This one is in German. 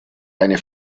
eine